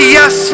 yes